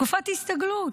תקופת הסתגלות.